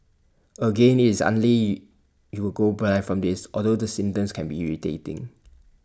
again IT is you will go blind from this although the symptoms can be irritating